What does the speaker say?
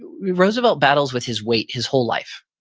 roosevelt battles with his weight his whole life.